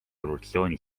revolutsiooni